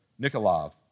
Nikolov